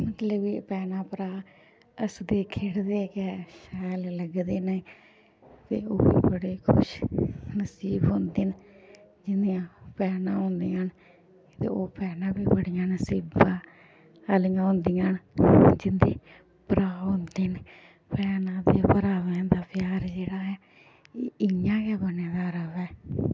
मतलब कि भैनां भ्राऽ हसदे खेढदे गै शैल लगदे न ते ओह् बड़े खुश नसीब होंदे न जिंदियां भैनां होंदियां न ते ओह् भैनां बी बड़ियां नसीबां आह्लियां होंदियां न जिंदे भ्राऽ होंदे न भैनां ते भ्रावां दा प्यार जेह्ड़ा ऐ एह् इ'यां गै बने दा र'वै